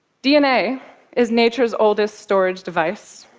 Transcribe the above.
dna is nature's oldest storage device.